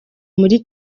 muri